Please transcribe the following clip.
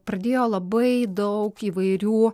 pradėjo labai daug įvairių